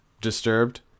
Disturbed